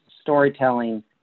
storytelling